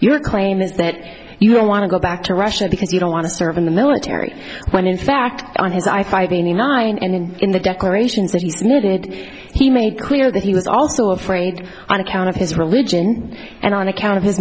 your claim is that you want to go back to russia because you don't want to serve in the military when in fact on his i five eighty nine and in the declarations that he needed he made clear that he was also afraid on account of his religion and on account of his